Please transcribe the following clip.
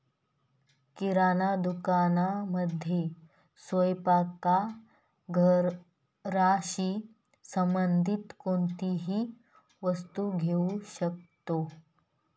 किराणा दुकानामध्ये स्वयंपाक घराशी संबंधित कोणतीही वस्तू घेऊ शकतो